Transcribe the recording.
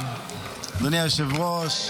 אדוני היושב-ראש,